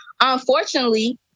Unfortunately